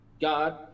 God